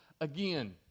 again